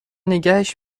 نگهش